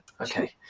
Okay